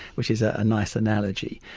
which is ah a nice analogy.